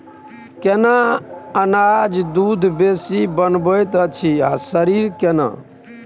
केना अनाज दूध बेसी बनबैत अछि आ शरीर केना?